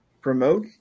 promote